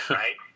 right